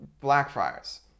Blackfriars